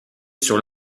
sur